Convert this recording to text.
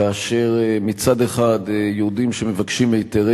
כאשר מצד אחד יהודים שמבקשים היתרי